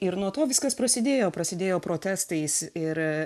ir nuo to viskas prasidėjo prasidėjo protestais ir